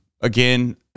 again